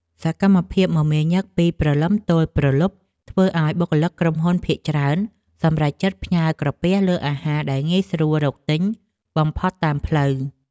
សកម្មភាពមមាញឹកពីព្រលឹមទល់ព្រលប់ធ្វើឲ្យបុគ្គលិកក្រុមហ៊ុនភាគច្រើនសម្រេចចិត្តផ្ញើក្រពះលើអាហារដែលងាយស្រួលរកទិញបំផុតតាមផ្លូវ។